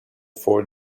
four